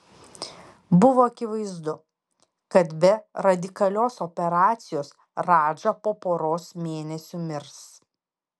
buvo akivaizdu kad be radikalios operacijos radža po poros mėnesių mirs